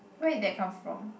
where did that come from